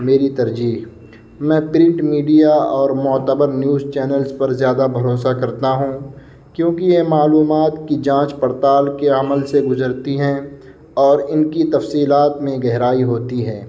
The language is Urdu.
میری ترجیح میں پرنٹ میڈیا اور معتبر نیوز چینلز پر زیادہ بھروسہ کرتا ہوں کیونکہ یہ معلومات کی جانچ پڑتال کے عمل سے گزرتی ہیں اور ان کی تفصیلات میں گہرائی ہوتی ہے